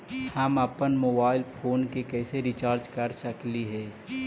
हम अप्पन mobile phone के कैसे रिचार्ज कर सकली हे?